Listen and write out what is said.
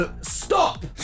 Stop